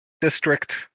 district